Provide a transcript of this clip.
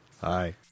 Hi